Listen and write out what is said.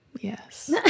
Yes